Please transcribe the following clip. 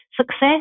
Success